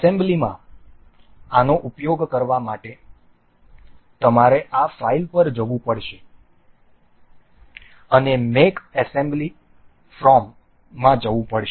એસેમ્બલીમાં આનો ઉપયોગ કરવા માટે તમારે આ ફાઇલ પર જવું પડશે અને મેક એસેમ્બલી ફ્રોમ મા જવું પડશે